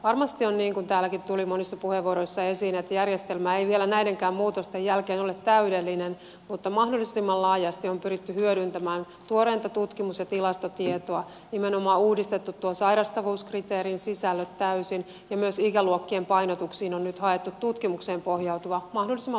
varmasti on niin kuten täälläkin tuli monissa puheenvuoroissa esiin että järjestelmä ei vielä näidenkään muutosten jälkeen ole täydellinen mutta mahdollisimman laajasti on pyritty hyödyntämään tuoreinta tutkimus ja tilastotietoa nimenomaan uudistettu tuon sairastavuuskriteerin sisällöt täysin ja myös ikäluokkien painotuksiin on nyt haettu tutkimukseen pohjautuva mahdollisimman luotettava tieto